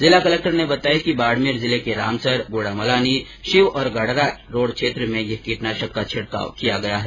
जिला कलेक्टर ने बताया कि बाड़मेर जिले के रामसर गुढ़ामलानी शिव और गडरा रोड क्षेत्र में यह किटनाशक का छिड़काव किया गया है